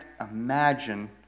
imagine